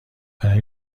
برای